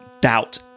doubt